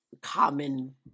common